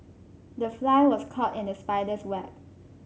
the fly was caught in the spider's web